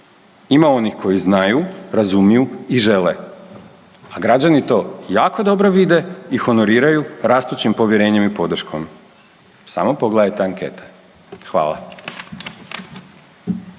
Ima onih koji znaju, razumiju i žele, a građani to jako dobro vide i honoriraju rastućim povjerenjem i podrškom. Samo pogledajte ankete. Hvala.